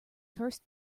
first